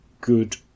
good